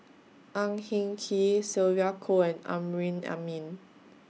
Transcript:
Ang Hin Kee Sylvia Kho and Amrin Amin